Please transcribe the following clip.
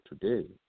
today